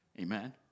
Amen